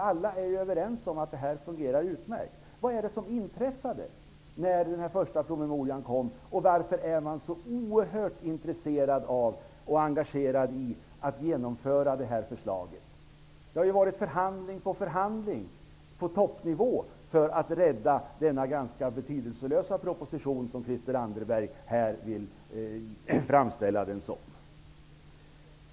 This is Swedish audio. Alla är överens om att detta fungerar utmärkt. Vad var det som inträffade när den första promemorian kom? Varför är man så oerhört intresserad av och engagerad i att genomföra det här förslaget? Det har ju varit förhandling på förhandling på toppnivå för att rädda denna, som Christel Anderberg här vill framställa den, ganska betydelselösa proposition.